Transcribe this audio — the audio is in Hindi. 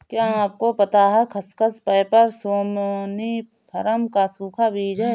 क्या आपको पता है खसखस, पैपर सोमनिफरम का सूखा बीज है?